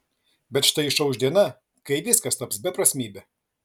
bet štai išauš diena kai viskas taps beprasmybe